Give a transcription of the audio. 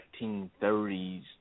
1930s